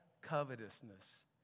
covetousness